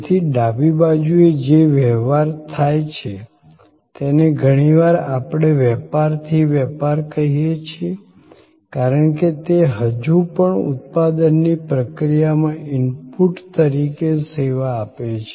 તેથી ડાબી બાજુએ જે વ્યવહારો થાય છે તેને ઘણીવાર આપણે વેપાર થી વેપાર કહીએ છીએ કારણ કે તે હજુ પણ ઉત્પાદનની પ્રક્રિયામાં ઇનપુટ તરીકે સેવા આપે છે